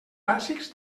bàsics